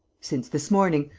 since this morning.